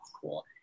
cool